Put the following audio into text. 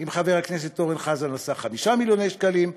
עם חבר הכנסת אורן חזן על סך 5 מיליוני שקלים,